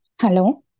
Hello